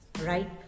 right